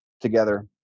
together